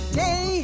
day